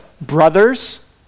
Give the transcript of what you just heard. brothers